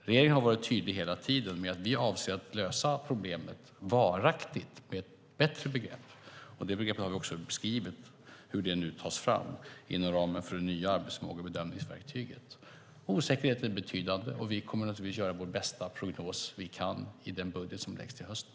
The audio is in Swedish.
Regeringen har varit tydlig hela tiden med att vi avser att lösa problemet varaktigt med ett bättre begrepp. Det finns också beskrivet hur det nu tas fram inom ramen för det nya arbetsförmågebedömningsverktyget. Osäkerheten är betydande. Vi kommer att göra den bästa prognos vi kan i den budget som läggs fram till hösten.